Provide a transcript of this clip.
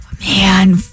Man